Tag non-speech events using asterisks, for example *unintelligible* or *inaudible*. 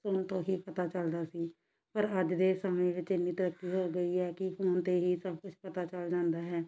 *unintelligible* ਤੋਂ ਹੀ ਪਤਾ ਚੱਲਦਾ ਸੀ ਪਰ ਅੱਜ ਦੇ ਸਮੇਂ ਵਿੱਚ ਇੰਨੀ ਤਰੱਕੀ ਹੋ ਗਈ ਹੈ ਕਿ ਫ਼ੋਨ 'ਤੇ ਹੀ ਸਭ ਕੁਛ ਪਤਾ ਚੱਲ ਜਾਂਦਾ ਹੈ